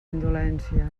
indolència